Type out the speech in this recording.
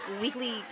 weekly